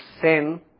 sin